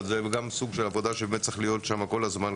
אבל זה גם סוג של עבודה שצריך להיות בה כל הזמן.